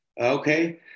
Okay